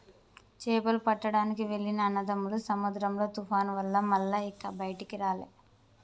చేపలు పట్టడానికి వెళ్లిన అన్నదమ్ములు సముద్రంలో తుఫాను వల్ల మల్ల ఇక బయటికి రాలే